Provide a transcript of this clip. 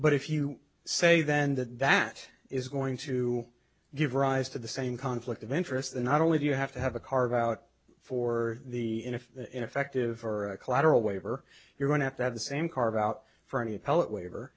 but if you say then that that is going to give rise to the same conflict of interest and not only do you have to have a carve out for the if ineffective or collateral waiver you're going to have to have the same carve out for any appellate waiver